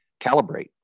calibrate